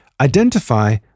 Identify